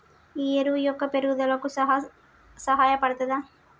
ఈ ఎరువు మొక్క పెరుగుదలకు సహాయపడుతదా?